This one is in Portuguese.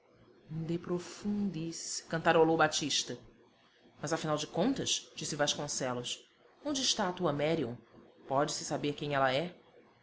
de profundis cantarolou batista mas afinal de contas disse vasconcelos onde está a tua marion podese saber quem ela é